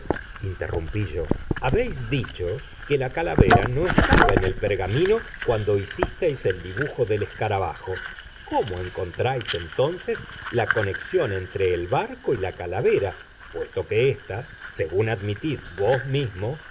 yo habéis dicho que la calavera no estaba en el pergamino cuando hicisteis el dibujo del escarabajo cómo encontráis entonces la conexión entre el barco y la calavera puesto que ésta según admitís vos mismo